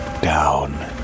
down